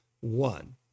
One